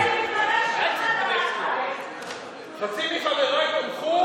מתחיל, חצי מחבריך תמכו.